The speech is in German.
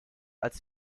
als